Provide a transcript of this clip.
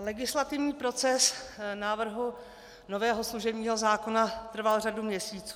legislativní proces návrhu nového služebního zákona trval řadu měsíců.